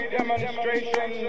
demonstration